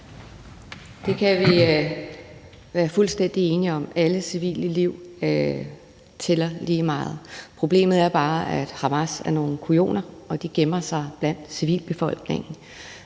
Det kan vi være fuldstændig enige om. Alle civile liv tæller lige meget. Problemet er bare, at Hamas er nogle kujoner, og at de gemmer sig blandt civilbefolkningen.